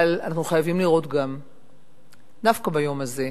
אבל אנחנו חייבים לראות, דווקא ביום הזה,